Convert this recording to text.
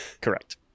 Correct